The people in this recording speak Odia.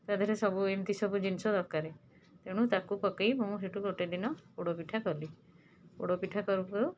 ତା' ଦେହରେ ଏମତି ସବୁ ଜିନିଷ ଦରକାର ତେଣୁ ତାକୁ ପକେଇ ମୁଁ ସେଇଠୁ ଗୋଟେ ଦିନ ପୋଡ଼ପିଠା କଲି ପୋଡ଼ପିଠା କରୁ କରୁ